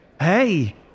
hey